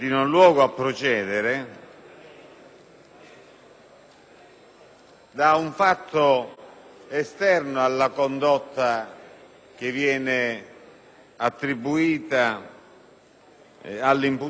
da un fatto esterno alla condotta che viene attribuita all'imputato